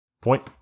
point